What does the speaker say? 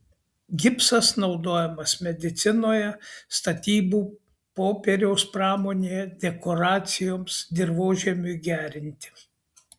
gipsas naudojamas medicinoje statybų popieriaus pramonėje dekoracijoms dirvožemiui gerinti